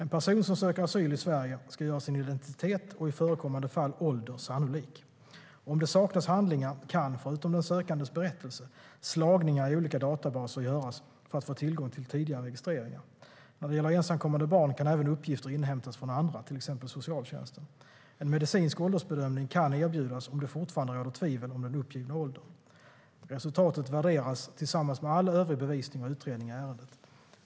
En person som söker asyl i Sverige ska göra sin identitet, och i förekommande fall ålder, sannolik. Om det saknas handlingar kan, förutom den sökandes berättelse, slagningar i olika databaser göras för att få tillgång till tidigare registreringar. När det gäller ensamkommande barn kan även uppgifter inhämtas från andra, till exempel socialtjänsten. En medicinsk åldersbedömning kan erbjudas om det fortfarande råder tvivel om den uppgivna åldern. Resultatet värderas tillsammans med all övrig bevisning och utredning i ärendet.